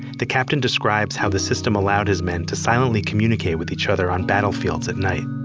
the captain describes how the system allowed his men to silently communicate with each other on battlefields at night.